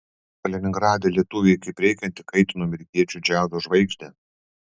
kaliningrade lietuviai kaip reikiant įkaitino amerikiečių džiazo žvaigždę